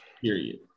Period